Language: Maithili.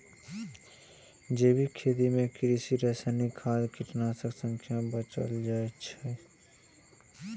जैविक खेती मे कृत्रिम, रासायनिक खाद, कीटनाशक सं बचल जाइ छै